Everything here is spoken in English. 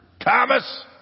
Thomas